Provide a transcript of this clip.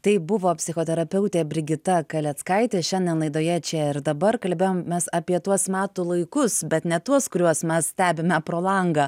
tai buvo psichoterapeutė brigita kaleckaitė šiandien laidoje čia ir dabar kalbėjom mes apie tuos metų laikus bet ne tuos kuriuos mes stebime pro langą